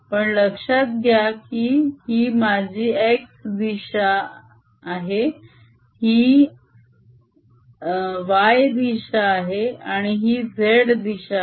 पण लक्षात घ्या की ही माझी x दिशा आहे हिय दिशा आहे ही माझी z दिशा आहे